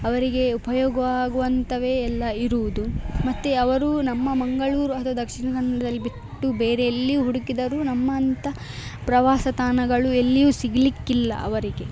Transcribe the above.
ಅವರಿಗೆ ಉಪಯೋಗ ಆಗುವಂಥವೇ ಎಲ್ಲ ಇರುವುದು ಮತ್ತು ಅವರು ನಮ್ಮ ಮಂಗಳೂರು ಅಥವಾ ದಕ್ಷಿಣ ಕನ್ನಡದಲ್ಲಿ ಬಿಟ್ಟು ಬೇರೆ ಎಲ್ಲಿಯೂ ಹುಡುಕಿದರು ನಮ್ಮಂಥ ಪ್ರವಾಸ ತಾಣಗಳು ಎಲ್ಲಿಯೂ ಸಿಗಲಿಕ್ಕಿಲ್ಲ ಅವರಿಗೆ